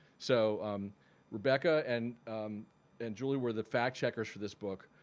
so um rebecca and and julie were the fact-checkers for this book.